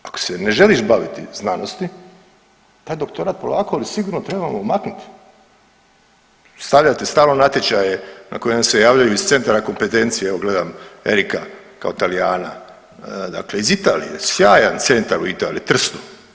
Ako se ne želiš baviti znanosti taj doktorat polako ali sigurno trebamo maknuti, stavljati stalno natječaje na koje se javljaju iz centra kompetencije evo gledam Erika kao Talijana, dakle iz Italije sjajan centar u Italiji, Trstu.